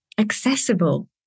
accessible